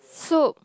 so